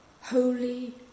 Holy